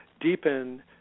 deepen